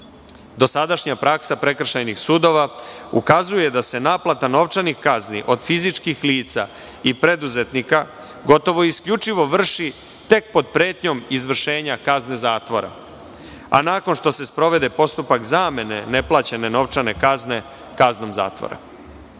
Dosadašnja praksa prekršajnih sudova ukazuje da se naplata novčanih kazni od fizičkih lica i preduzetnika gotovo isključivo vrši tek pod pretnjom izvršenja kazne zatvora, a nakon što se sprovede postupak zamene neplaćene novčane kazne kaznom zatvora.